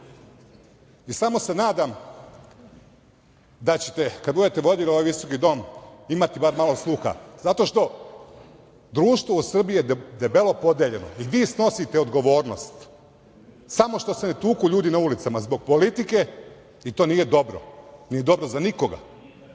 sve. Samo se nadam da ćete kada budete vodili ovaj visoki dom imati bar malo sluha zato što društvo u Srbiji je debelo podeljeno i vi snosite odgovornost samo što se ne tuku ljudi na ulicama zbog politike i to nije dobro, nije dobro za nikoga.